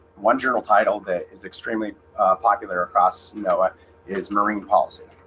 one journal title that is extremely popular across noaa is marine policy